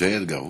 ג'יי אדגר הובר?